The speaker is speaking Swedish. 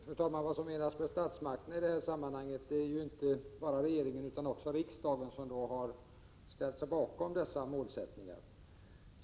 Fru talman! Vad som menas med statsmakterna i detta sammanhang är inte bara regeringen utan också riksdagen, som har ställt sig bakom dessa målsättningar.